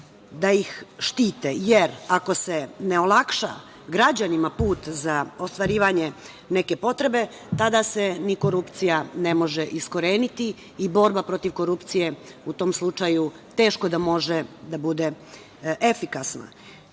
da ih štite, jer ako se ne olakša građanima put za ostvarivanje neke potrebe, tada se ni korupcija ne može iskoreniti i borba protiv korupcije u tom slučaju teško da može da bude efikasna. Jedino